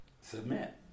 submit